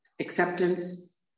acceptance